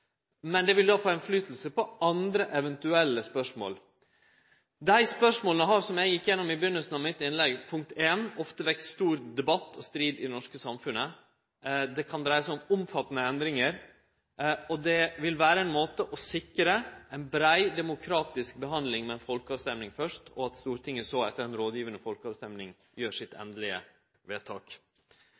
men det vil få innverknad på eventuelle andre spørsmål. Dei spørsmåla har for det første – som eg gjekk igjennom i begynninga av innlegget mitt – vekt stor debatt og strid i det norske samfunnet. Det kan dreie seg om omfattande endringar. Det vil vere ein måte å sikre ei brei, demokratisk behandling på å ha folkeavstemming først, og at Stortinget etter ei rådgivande folkeavstemming gjer sitt endelege vedtak.